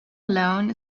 alone